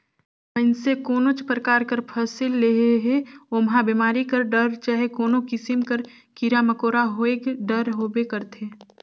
मइनसे कोनोच परकार कर फसिल लेहे ओम्हां बेमारी कर डर चहे कोनो किसिम कर कीरा मकोरा होएक डर होबे करथे